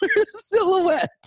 silhouette